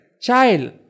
Child